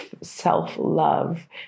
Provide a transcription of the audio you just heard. self-love